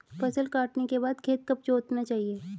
फसल काटने के बाद खेत कब जोतना चाहिये?